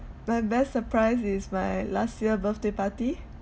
my best surprise is my last year birthday party